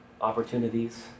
opportunities